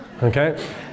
Okay